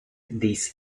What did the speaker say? this